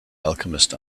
alchemist